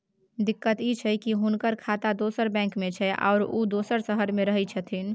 दिक्कत इ छै की हुनकर खाता दोसर बैंक में छै, आरो उ दोसर शहर में रहें छथिन